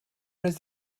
does